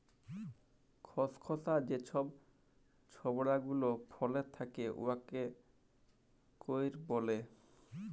খসখসা যা ছব ছবড়া গুলা ফলের থ্যাকে উয়াকে কইর ব্যলে